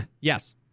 Yes